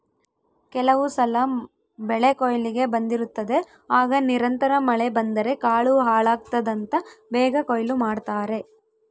ಕೆಲವುಸಲ ಬೆಳೆಕೊಯ್ಲಿಗೆ ಬಂದಿರುತ್ತದೆ ಆಗ ನಿರಂತರ ಮಳೆ ಬಂದರೆ ಕಾಳು ಹಾಳಾಗ್ತದಂತ ಬೇಗ ಕೊಯ್ಲು ಮಾಡ್ತಾರೆ